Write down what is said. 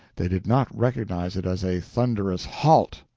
they did not recognize it as a thunderous halt!